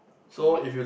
red